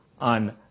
on